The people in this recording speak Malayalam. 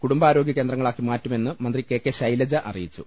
കുടുംബാരോഗ്യ കേന്ദ്രങ്ങളാക്കി മാറ്റുമെന്ന് മന്ത്രി കെ കെ ശൈലജ അറിയിച്ചു